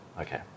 Okay